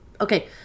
Okay